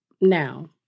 Now